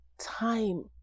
time